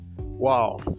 wow